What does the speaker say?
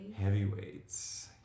Heavyweights